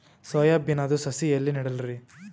Soya ಬಿನದು ಸಸಿ ಎಲ್ಲಿ ನೆಡಲಿರಿ?